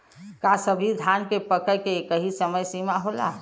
का सभी धान के पके के एकही समय सीमा होला?